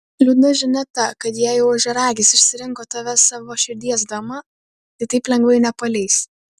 liūdna žinia ta kad jei jau ožiaragis išsirinko tave savo širdies dama tai taip lengvai nepaleis